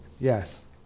yes